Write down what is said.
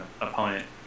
opponent